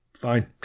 fine